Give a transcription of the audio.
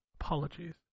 Apologies